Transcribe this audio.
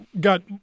got